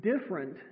different